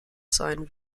sein